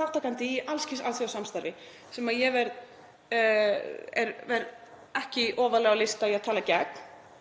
þátttakandi í alls kyns alþjóðasamstarfi. Ég er ekki ofarlega á lista í því að tala gegn